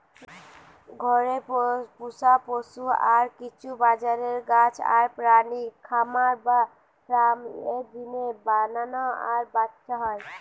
ঘরে পুশা পশু আর কিছু বাজারের গাছ আর প্রাণী খামার বা ফার্ম এর জিনে বানানা আর ব্যাচা হয়